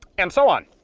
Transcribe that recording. and so on.